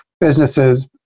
businesses